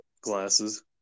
Glasses